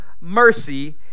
mercy